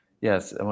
yes